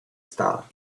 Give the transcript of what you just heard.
star